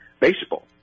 baseball